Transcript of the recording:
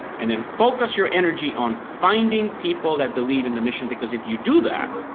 and then focus your energy on finding people that believe in the mission because if you do that,